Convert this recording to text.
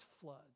flood